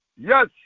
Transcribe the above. Yes